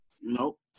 Nope